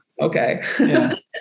Okay